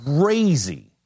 crazy